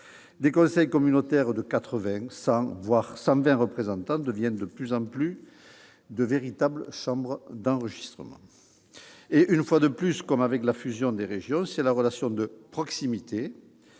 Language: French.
Des conseils communautaires comptant 80, 100, voire 120 membres deviennent de plus en plus de véritables chambres d'enregistrement. Une fois de plus, comme avec la fusion des régions, c'est la relation de proximité